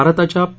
भारताच्या पी